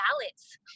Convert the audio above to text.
ballots